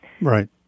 right